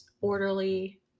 orderly